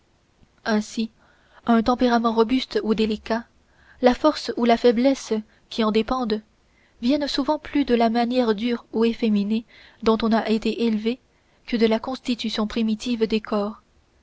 ainsi un tempérament robuste ou délicat la force ou la faiblesse qui en dépendent viennent souvent plus de la manière dure ou efféminée dont on a été élevé que de la constitution primitive des corps